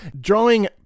drawing